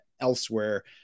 elsewhere